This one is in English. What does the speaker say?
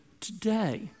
today